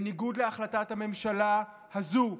בניגוד להחלטת הממשלה הזו,